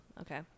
okay